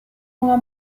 una